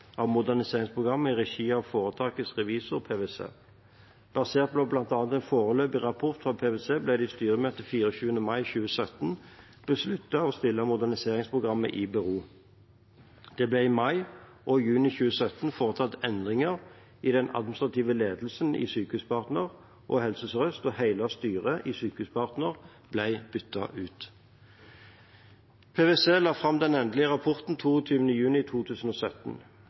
av moderniseringsprogrammet i regi av foretakets revisor, PwC. Basert på bl.a. en foreløpig rapport fra PwC ble det i styremøte 24. mai 2017 besluttet å stille moderniseringsprogrammet i bero. Det ble i mai og juni 2017 foretatt endringer i den administrative ledelsen i Sykehuspartner og Helse Sør-Øst, og hele styret i Sykehuspartner ble byttet ut. PwC la fram den endelige rapporten 22. juni 2017.